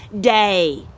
day